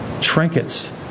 Trinkets